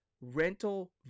rental